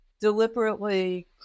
deliberately